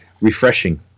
refreshing